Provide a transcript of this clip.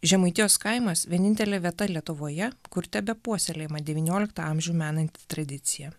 žemaitijos kaimas vienintelė vieta lietuvoje kur tebepuoselėjama devynioliktą amžių menanti tradicija